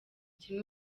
kimwe